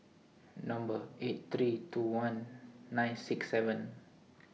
Number eight three two one nine six seven